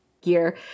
gear